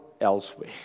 elsewhere